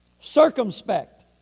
circumspect